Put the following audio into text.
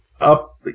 up